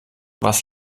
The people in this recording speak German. was